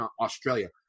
Australia